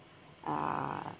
uh